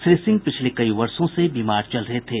श्री सिंह पिछले कई वर्षों से बीमार चल रहे थे